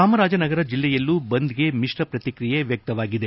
ಚಾಮರಾಜನಗರ ಜಿಲ್ಲೆಯಲ್ಲೂ ಬಂದ್ಗೆ ಮಿತ್ರ ಪ್ರತಿಕ್ರಿಯೆ ವ್ಯಕ್ತವಾಗಿದೆ